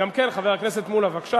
שילוב קייסים באספה הבוחרת)